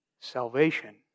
Salvation